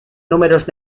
números